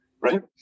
right